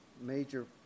major